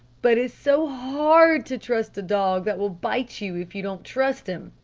but it's so hard to trust a dog that will bite you if you don't trust him,